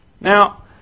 Now